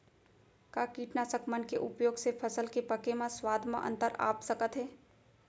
का कीटनाशक मन के उपयोग से फसल के पके म स्वाद म अंतर आप सकत हे?